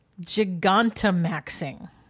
Gigantamaxing